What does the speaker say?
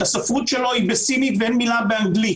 הספרות שלו היא בסינית ואין מילה באנגלית